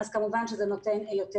כמובן שזה נותן יותר